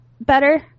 better